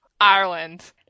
Ireland